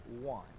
one